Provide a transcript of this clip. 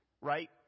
Right